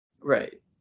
right